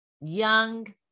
young